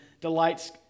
delights